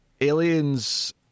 Aliens